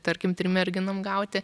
tarkim trim merginom gauti